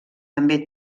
també